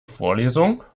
vorlesung